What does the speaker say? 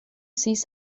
seas